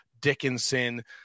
Dickinson